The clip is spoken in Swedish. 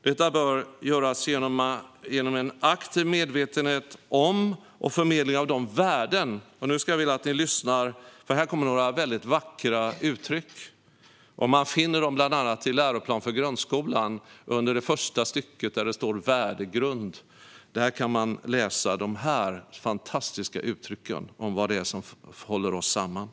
Detta bör göras genom en aktiv medvetenhet om och förmedling av värden. Nu vill jag att ni lyssnar, för här kommer några väldigt vackra uttryck. Man finner dem bland annat i läroplanen för grundskolan, under det första stycket om värdegrund. Där kan man läsa dessa fantastiska uttryck om vad det är som håller oss samman.